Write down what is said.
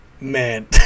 man